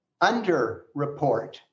underreport